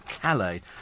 Calais